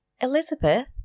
Elizabeth